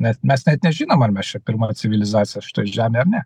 mes mes net nežinom ar mes čia pirma civilizacija šitoj žemėj ar ne